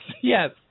yes